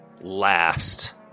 last